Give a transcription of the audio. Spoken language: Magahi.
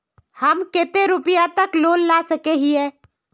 हम कते रुपया तक लोन ला सके हिये?